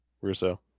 Russo